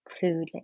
food